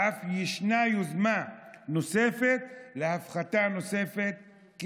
ואף ישנה יוזמה להפחתה נוספת,